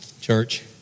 church